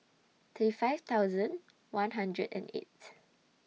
thirty five thousand one hundred and eight